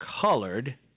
colored